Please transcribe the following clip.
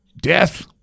Death